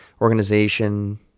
organization